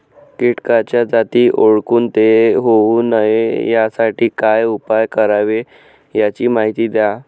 किटकाच्या जाती ओळखून ते होऊ नये यासाठी काय उपाय करावे याची माहिती द्या